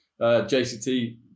JCT